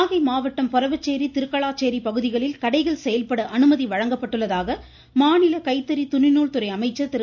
நாகை மாவட்டம் பொரவச்சேரி திருக்களாச்சேரி பகுதிகளில் கடைகள் செயல்பட அனுமதி வழங்கப்பட்டுள்ளதாக மாநில கைத்தறி துணிநூல் துறை அமைச்சர் திரு